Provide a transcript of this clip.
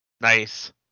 Nice